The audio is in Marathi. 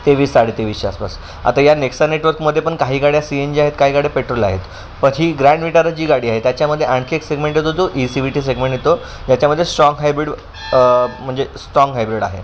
तेवीस साडे तेवीसच्या आसपास आता या नेक्सा नेटवर्कमध्ये पण काही गाड्या सी एन जी आहेत काही गाड्या पेट्रोल आहेत पण ही ग्रँड विटारा जी गाडी आहे त्याच्यामध्ये आणखी एक सेगमेंट येतो तो E C V T segment येतो याच्यामध्ये स्ट्राँग हायब्रिड म्हणजे स्ट्राँग हायब्रिड आहे